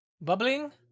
bubbling